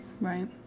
Right